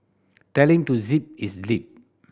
tell him to zip his lip